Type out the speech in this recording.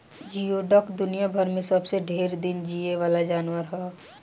जियोडक दुनियाभर में सबसे ढेर दिन जीये वाला जानवर हवे